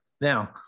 Now